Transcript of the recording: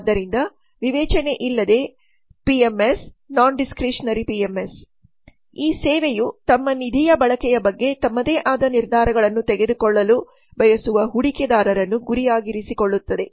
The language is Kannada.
ಆದ್ದರಿಂದ ವಿವೇಚನೆಯಿಲ್ಲದ ಪಿಎಂಎಸ್ ಈ ಸೇವೆಯು ತಮ್ಮ ನಿಧಿಯ ಬಳಕೆಯ ಬಗ್ಗೆ ತಮ್ಮದೇ ಆದ ನಿರ್ಧಾರಗಳನ್ನು ತೆಗೆದುಕೊಳ್ಳಲು ಬಯಸುವ ಹೂಡಿಕೆದಾರರನ್ನು ಗುರಿಯಾಗಿರಿಸಿಕೊಳ್ಳುತ್ತದೆ